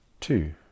two